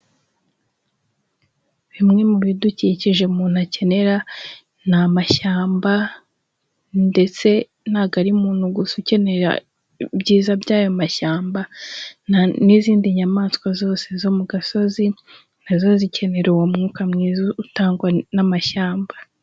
Bimwe mu bidukikije umuntu akenera, ni amashyamba, ndetse ntago ari umuntu gusa ukenera ibyiza by'ayo mashyamba, n'izindi nyamaswa zose zo mu gasozi, na zo zikenera uwo mwuka mwiza utangwa n'amashyamba.